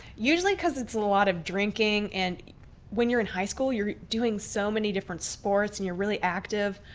usually because it's a lot of drinking. and when you're in high school you're doing so many different sports, and you're really active.